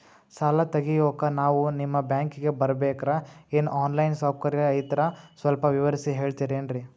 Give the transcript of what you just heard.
ಸಾಲ ತೆಗಿಯೋಕಾ ನಾವು ನಿಮ್ಮ ಬ್ಯಾಂಕಿಗೆ ಬರಬೇಕ್ರ ಏನು ಆನ್ ಲೈನ್ ಸೌಕರ್ಯ ಐತ್ರ ಸ್ವಲ್ಪ ವಿವರಿಸಿ ಹೇಳ್ತಿರೆನ್ರಿ?